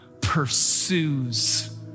pursues